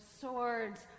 swords